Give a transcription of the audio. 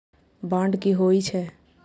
Bond की होई छै?